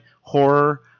horror